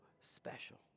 special